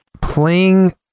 playing